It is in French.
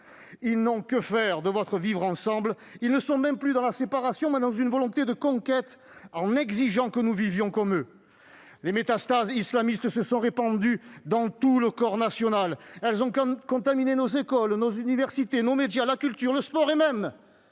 Ils n'ont que faire de votre vivre-ensemble ! Ils ne sont même plus dans la séparation : ils sont dans une volonté de conquête, exigeant que nous vivions comme eux. Les métastases islamistes se sont répandues dans tout le corps national. Elles ont contaminé nos écoles, nos universités, nos médias, la culture, le sport et, même,